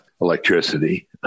electricity